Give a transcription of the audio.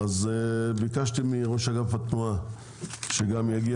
ביקשתי מראש אגף התנועה שיגיע.